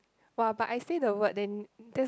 !wah! but I say the word then that's